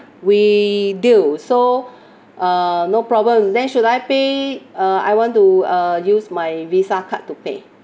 we deal so uh no problem then should I pay uh I want to uh use my visa card to pay